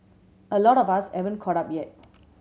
a lot of us haven't caught up yet